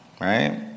right